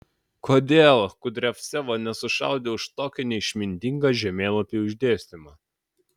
kodėl kudriavcevo nesušaudė už tokį neišmintingą žemėlapių išdėstymą